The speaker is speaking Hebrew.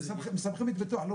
מסבכים את ביטוח לאומי.